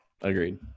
Agreed